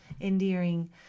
endearing